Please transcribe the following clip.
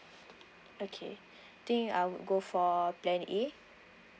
okay think I would go for plan A